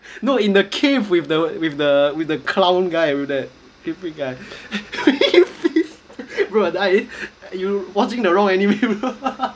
no in the cave with the with the with the clown guy with that bro I you watching the wrong anime